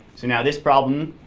now this problem,